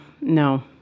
no